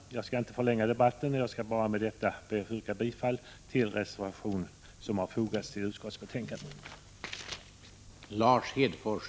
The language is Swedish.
Jag skall inte förlänga debatten, utan ber att med detta få yrka bifall till den reservation som har fogats till utskottsbetänkandet.